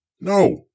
No